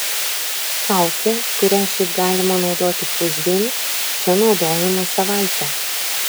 kaukė kurią šiaip galima naudoti pusdienį čia naudojama savaitę